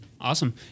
awesome